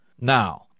Now